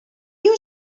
you